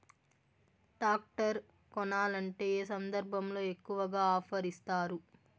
Tractor కొనాలంటే ఏ సందర్భంలో ఎక్కువగా ఆఫర్ ఇస్తారు?